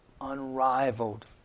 unrivaled